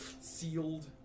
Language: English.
sealed